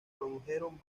produjeron